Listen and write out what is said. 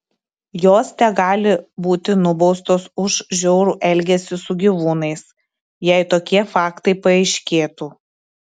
jos tegali būti nubaustos už žiaurų elgesį su gyvūnais jei tokie faktai paaiškėtų